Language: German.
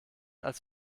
als